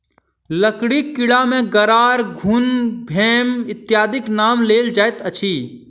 लकड़ीक कीड़ा मे गरार, घुन, भेम इत्यादिक नाम लेल जाइत अछि